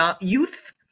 youth